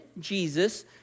Jesus